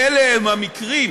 אלה הם המקרים,